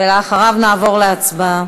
ולאחר מכן נעבור להצבעה.